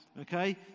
okay